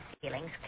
feelings